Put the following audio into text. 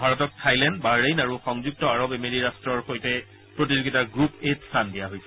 ভাৰতক Thailand Bahrain আৰু সংযুক্ত আৰৱ আমেৰি ৰাট্টৰ সৈতে প্ৰতিযোগিতাৰ গ্ৰুপ এ ত স্থান দিয়া হৈছে